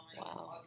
Wow